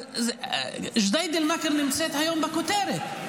אבל ג'דיידה-מכר נמצאת היום בכותרת.